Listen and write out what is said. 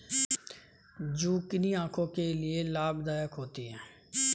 zucchini आंखों के लिए लाभदायक होती है